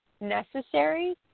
necessary